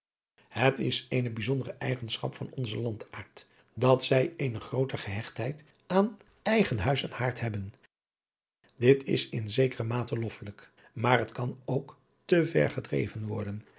het is eene bijzondere eigenschap van onzen landaard dat zij eene groote gehechtheid aan eigen huis en haard hebben dit is in zekere mate loffelijk maar het kan ook te ver gedreven worden